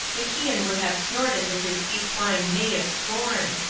macian would have snorted with his equine neigh of scorn.